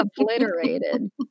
obliterated